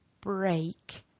break